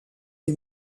est